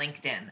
LinkedIn